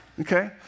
Okay